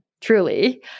truly